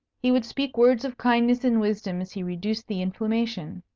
he would speak words of kindness and wisdom as he reduced the inflammation.